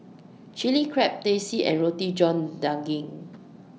Chilli Crab Teh C and Roti John Daging